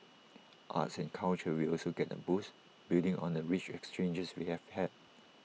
arts and culture will also get A boost building on the rich exchanges we have had